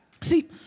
See